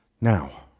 Now